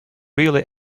really